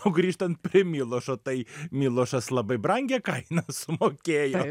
o grįžtant prie milošo tai milošas labai brangią kainą sumokėjo